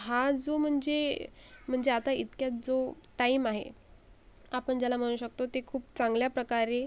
हा जो म्हणजे म्हणजे आता इतक्यात जो टाईम आहे आपण ज्याला म्हणू शकतो ते खूप चांगल्याप्रकारे